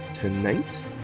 tonight